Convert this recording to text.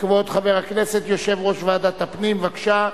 כבוד חבר הכנסת, יושב-ראש ועדת הפנים, בבקשה.